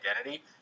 identity